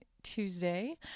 Tuesday